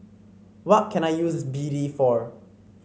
what can I use B D for